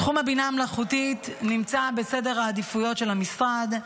תחום הבינה המלאכותית נמצא בסדר העדיפויות של המשרד.